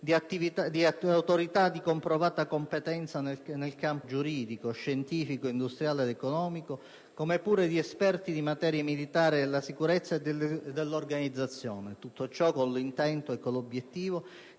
di autorità di comprovata competenza nei campi giuridico, scientifico, industriale ed economico, come pure di esperti di materie militari, della sicurezza e dell'organizzazione. Tutto ciò con l'intento e con l'obiettivo